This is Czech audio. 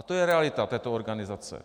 To je realita této organizace.